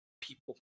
people